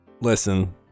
Listen